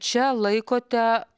čia laikote